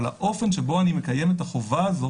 אבל באופן שאני מקיים את החובה הזאת